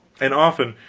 and often,